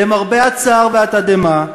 למרבה הצער והתדהמה,